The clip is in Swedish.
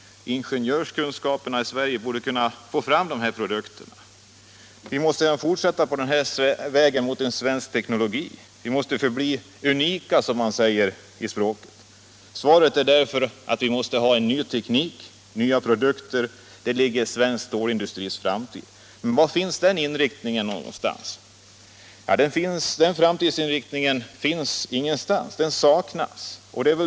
Ingenjörskunskapen i Sverige borde kunna få fram nya produkter. Vi måste fortsätta att ta fram en egen svensk teknologi. Vi måste förbli unika, som man säger. En ny teknik och nya produkter — där ligger svensk stålindustris framtid. Men var finns den inriktningen någonstans? Den framtidsinriktningen saknas.